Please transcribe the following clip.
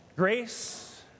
Grace